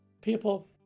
People